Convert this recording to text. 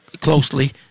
closely